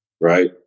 right